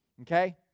okay